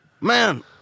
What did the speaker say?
Man